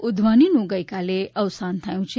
ઉધવાનીનું ગઇકાલે અવસાન થયું છે